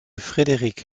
frédéric